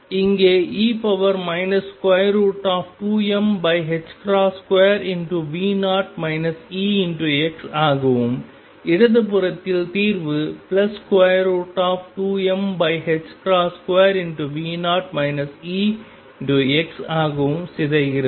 இங்கே e 2m2V0 Ex ஆகவும் இடது புறத்தில் தீர்வு 2m2V0 Exஆகவும் சிதைகிறது